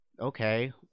okay